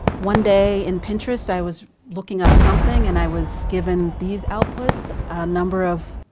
one day in pinterest i was looking up something and i was given these outputs. a number of,